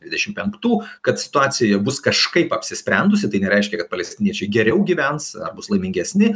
dvidešimt penktų kad situacija bus kažkaip apsisprendusi tai nereiškia kad palestiniečiai geriau gyvens ar bus laimingesni